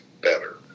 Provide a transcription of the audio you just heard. better